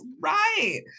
Right